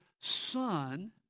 Son